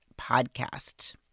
podcast